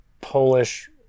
polish